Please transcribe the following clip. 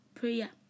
prayer